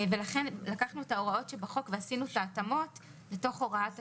לכן לקחנו את ההוראות שבחוק ועשינו את ההתאמות אל תוך הוראת השעה.